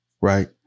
right